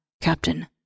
Captain